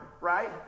right